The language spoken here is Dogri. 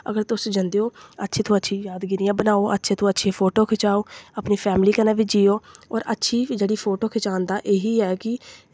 अगर तुस जंदे ओ अच्छी तो अच्छी यादगिरियां बनाओ अच्छी तो अच्छी फोटो खचाओ अपनी फैमली कन्नै बी जियो होर अच्छी जेह्ड़ी फोटो खचान दा एह् ही ऐ कि